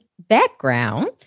Background